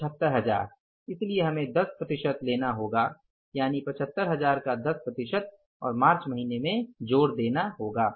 75000 इसलिए हमें 10 प्रतिशत लेना होगा यानि ७५००० का 10 प्रतिशत और मार्च महीने में जोड़ देना होगा